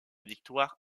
victoire